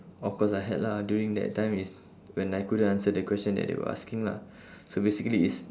of course I had lah during that time is when I couldn't answer the question that they were asking lah so basically is